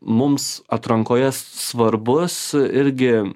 mums atrankoje svarbus irgi